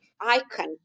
icon